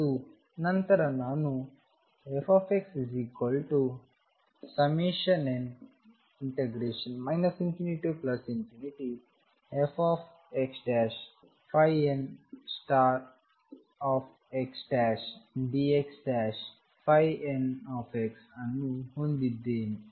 ಮತ್ತು ನಂತರ ನಾನು fxn ∞fxnxdxn ಅನ್ನು ಹೊಂದಿದ್ದೇನೆ